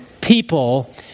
people